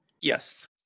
Yes